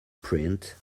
print